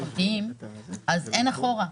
אין אחורה.